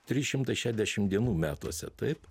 trys šimtai šediašim dienų metuose taip